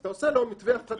אז אתה עושה לו מתווה הפחתה,